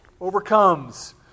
overcomes